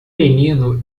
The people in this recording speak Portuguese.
menino